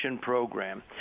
program